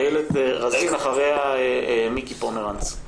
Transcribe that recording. איילת רזין, אחריה מיקי פומרנץ.